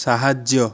ସାହାଯ୍ୟ